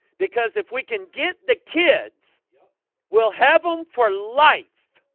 because if we can get the kids yeah we'll have them for life